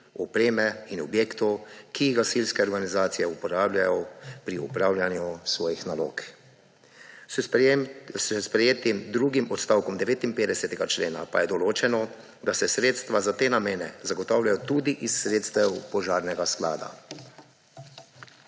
opreme in objektov, ki jih gasilske organizacije uporabljajo pri opravljanju svojih nalog. S sprejetim drugim odstavkom 59. člena pa je določeno, da se sredstva za te namene zagotavljajo tudi iz sredstev Požarnega sklada.